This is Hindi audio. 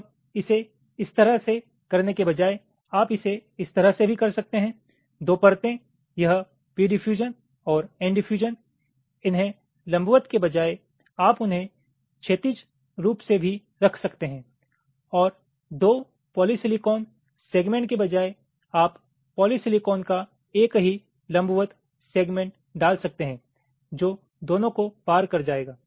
अब इसे इस तरह से करने के बजाय आप इसे इस तरह से भी कर सकते हैं दो परतें यह p डिफयूजन और n डिफयूजन इन्हें लम्बवत के बजाएँ आप उन्हें क्षैतिज रूप से भी रख सकते हैं और दो पॉलीसिलिकॉन सेगमेंट के बजाय आप पॉलीसिलिकॉन का एक ही लम्बवत सेगमेंट डाल सकते है जो दोनों को पार कर जाएगा